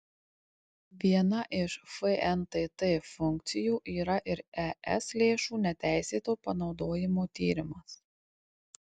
viena iš fntt funkcijų yra ir es lėšų neteisėto panaudojimo tyrimas